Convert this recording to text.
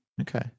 Okay